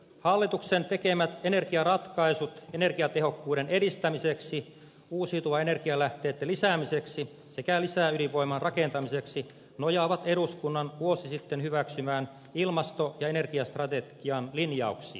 hallituksen tekemät energiaratkaisut energiatehokkuuden edistämiseksi uusiutuvien energialähteitten lisäämiseksi sekä lisäydinvoiman rakentamiseksi nojaavat eduskunnan vuosi sitten hyväksymän ilmasto ja energiastrategian linjauksiin